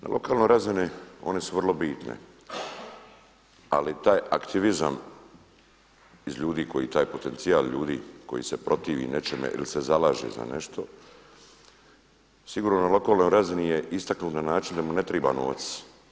Na lokalnoj razini one su vrlo bitne, ali taj aktivizam iz ljudi koji taj potencijal ljudi koji se protivi nečemu ili se zalaže za nešto sigurno na lokalnoj razini je istaknut na način da mu ne triba novac.